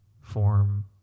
form